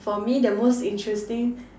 for me the most interesting